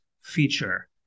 feature